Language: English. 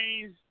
change